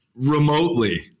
remotely